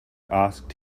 asked